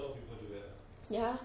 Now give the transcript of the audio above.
ya